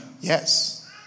Yes